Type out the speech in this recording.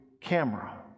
camera